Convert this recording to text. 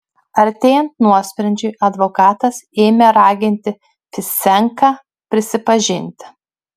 artėjant nuosprendžiui advokatas ėmė raginti fisenką prisipažinti